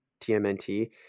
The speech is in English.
TMNT